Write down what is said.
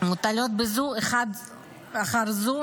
שמגלם פגיעה עמוקה באזרחי מדינת ישראל.